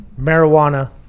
marijuana